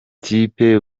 kipe